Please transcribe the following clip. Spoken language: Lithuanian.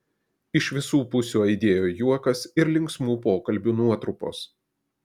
iš visu pusių aidėjo juokas ir linksmų pokalbių nuotrupos